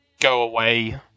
go-away